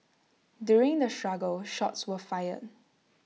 during the struggle shots were fired